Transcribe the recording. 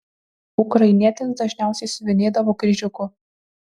ukrainietės dažniausiai siuvinėdavo kryžiuku